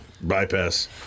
bypass